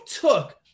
took